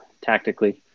tactically